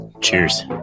Cheers